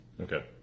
Okay